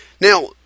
Now